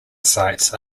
sights